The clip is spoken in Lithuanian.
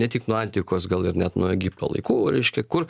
ne tik nuo antikos gal ir net nuo egipto laikų reiškia kur